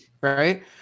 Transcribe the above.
right